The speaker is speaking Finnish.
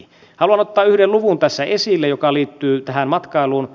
haluan ottaa yhden luvun tässä esille joka liittyy tähän matkailuun